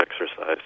exercise